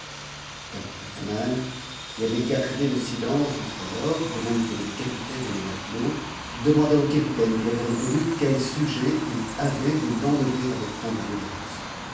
cauuu'iuzaman qui avait gardé le silence jusqu'alors de même que le capitaine et les matelots demanda au capitaine qu'il avait reconnu quel sujet il avait de l'enlever avec tant de violence